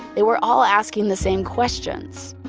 they were all asking the same questions.